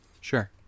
Sure